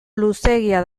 luzeegia